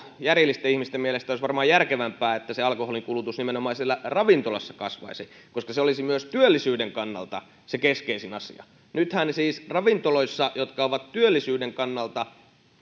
järjellisten ihmisten mielestä olisi varmaan järkevämpää että se alkoholinkulutus nimenomaan siellä ravintoloissa kasvaisi koska se olisi myös työllisyyden kannalta se keskeisin asia nythän siis ravintoloissa jotka ovat työllisyyden kannalta